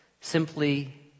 simply